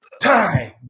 Time